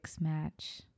match